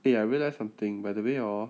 eh I realized something by the way orh